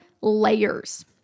layers